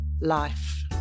life